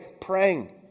praying